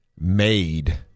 made